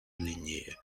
длиннее